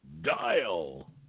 Dial